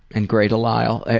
and grey delisle.